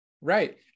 Right